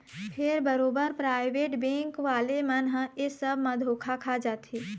फेर बरोबर private bank वाले मन ह ऐ सब म धोखा खा जाथे